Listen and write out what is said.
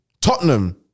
Tottenham